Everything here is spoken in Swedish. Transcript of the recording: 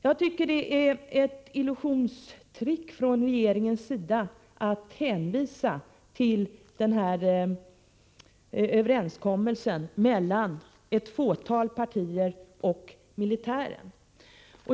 Jag tycker det är ett illusionstrick från regeringens sida att hänvisa till denna överenskommelse mellan ett fåtal partier och militären.